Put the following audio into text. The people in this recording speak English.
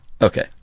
Okay